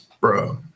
bro